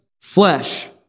flesh